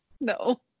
No